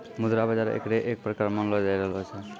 मुद्रा बाजार एकरे एक प्रकार मानलो जाय रहलो छै